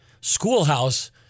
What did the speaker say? schoolhouse